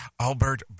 Albert